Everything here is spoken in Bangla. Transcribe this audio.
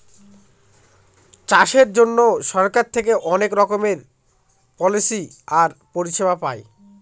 চাষের জন্য সরকার থেকে অনেক রকমের পলিসি আর পরিষেবা পায়